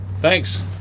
Thanks